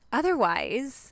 otherwise